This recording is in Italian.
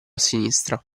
sinistra